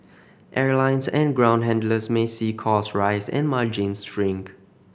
airlines and ground handlers may see costs rise and margins shrink